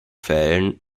fällen